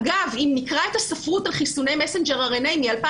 אגב, אם נקרא את הספרות על חיסוני מסגג'ר מ-2019,